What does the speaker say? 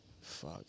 Fuck